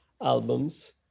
albums